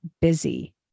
busy